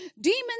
Demons